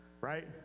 right